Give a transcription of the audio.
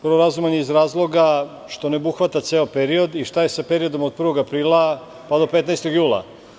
Prvo razuman je iz razloga što ne obuhvata ceo period i šta je sa period od 1. aprila pa do 15. jula.